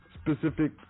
specific